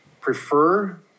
prefer